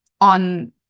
on